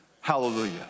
hallelujah